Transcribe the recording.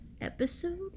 Episode